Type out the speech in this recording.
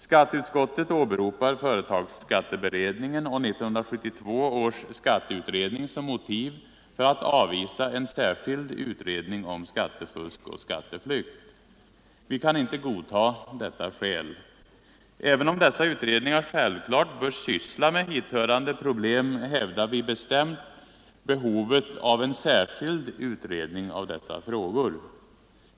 Skatteutskottet åberopar företagsskatteberedningen och 1972 års skatteutredning som motiv för att avvisa en särskild utredning om skattefusk och skatteflykt. Vi kan inte godta detta skäl. Även om dessa utredningar självklart bör syssla med hithörande problem hävdar vi bestämt behovet av en särskild utredning av dessa frågor.